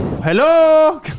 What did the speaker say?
Hello